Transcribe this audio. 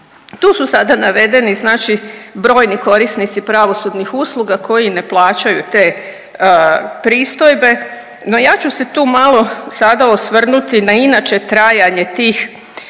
Tu su sada navedeni znači brojni korisnici pravosudnih usluga koji ne plaćaju te pristojbe, no ja ću se tu malo sada osvrnuti na inače trajanje tih